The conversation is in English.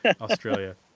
Australia